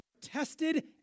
tested